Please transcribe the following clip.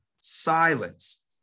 silence